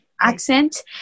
accent